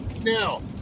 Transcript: now